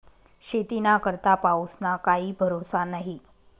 शेतीना करता पाऊसना काई भरोसा न्हई